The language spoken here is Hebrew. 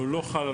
הוא חל על